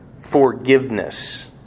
forgiveness